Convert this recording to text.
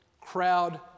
crowd